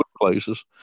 places